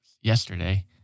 yesterday